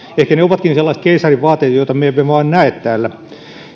ehkä ne ovatkin sellaiset keisarin vaatteet joita me emme vain näe täällä